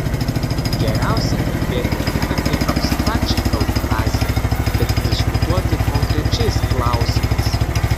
geriausia kalbėti ne apie abstrakčią eutanaziją bet diskutuoti konkrečiais klausimais